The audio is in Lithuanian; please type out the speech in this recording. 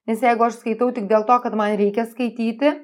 nes jeigu aš skaitau tik dėl to kad man reikia skaityti